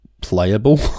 playable